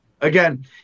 Again